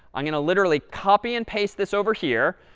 i'm going to literally copy and paste this over here.